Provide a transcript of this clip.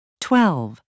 twelve